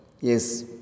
Yes